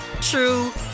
true